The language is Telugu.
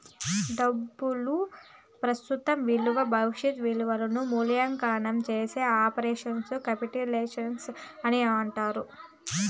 డబ్బు ప్రస్తుత ఇలువ భవిష్యత్ ఇలువను మూల్యాంకనం చేసే ఆపరేషన్ క్యాపిటలైజేషన్ అని అంటారు